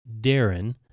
Darren